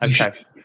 okay